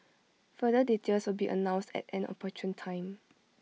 further details will be announced at an opportune time